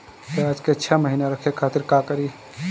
प्याज के छह महीना रखे खातिर का करी?